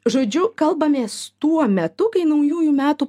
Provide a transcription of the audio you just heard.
žodžiu kalbamės tuo metu kai naujųjų metų